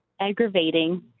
aggravating